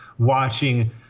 watching